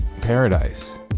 paradise